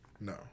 No